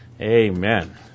Amen